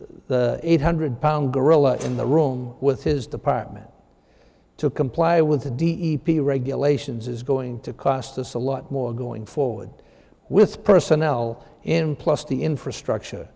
eight hundred pound gorilla in the room with his department to comply with the d e p t regulations is going to cost us a lot more going forward with personnel in plus the infrastructure